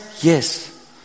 Yes